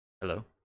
Hello